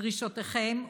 דרישותיכם,